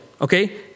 okay